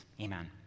Amen